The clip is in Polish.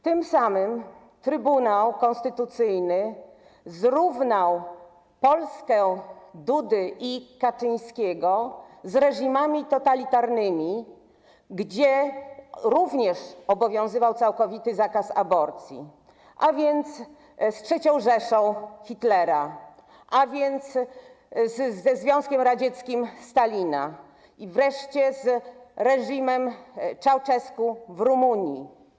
Tym samym Trybunał Konstytucyjny zrównał Polskę Dudy i Kaczyńskiego z reżimami totalitarnymi, gdzie również obowiązywał całkowity zakaz aborcji, a więc z III Rzeszą Hitlera, ze Związkiem Radzieckim Stalina i wreszcie z reżimem Ceaucescu w Rumunii.